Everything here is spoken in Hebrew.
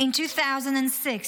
In 2006,